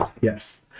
Yes